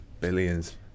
billions